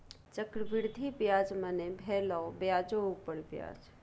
चक्रवृद्धि ब्याज मने भेलो ब्याजो उपर ब्याज